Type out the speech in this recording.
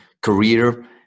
career